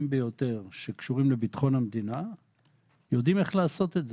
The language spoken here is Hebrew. ביותר שקשורים לביטחון המדינה יודעים איך לעשות את זה.